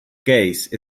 case